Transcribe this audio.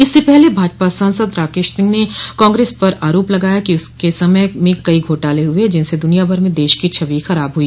इससे पहले भाजपा सांसद राकेश सिंह ने कांग्रेस पर आरोप लगाया कि उसके समय में कई घोटाले हुए जिनसे दुनिया भर में देश की छवि खराब हुई